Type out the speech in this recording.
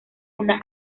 una